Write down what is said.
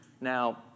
Now